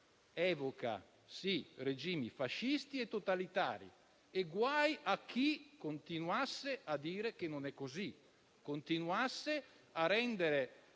evoca regimi fascisti e totalitari. Guai a chi continuasse a dire che non è così e a rendere